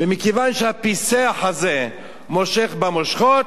ומכיוון שהפיסח הזה מושך במושכות,